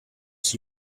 see